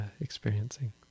experiencing